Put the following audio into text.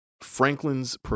Franklin's